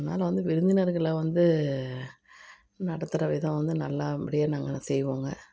அதனால வந்து விருந்தினர்களை வந்து நடத்துகிற விதம் வந்து நல்லா அப்படியே நாங்க செய்வோங்க